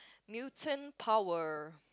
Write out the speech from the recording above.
newton power